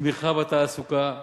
תמיכה בתעסוקה,